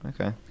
okay